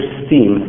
steam